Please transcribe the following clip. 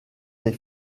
des